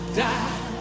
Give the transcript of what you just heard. die